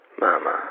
mama